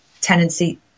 tenancy